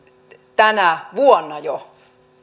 tänä vuonna jo